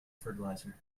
fertilizer